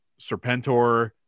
serpentor